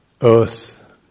earth